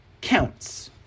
counts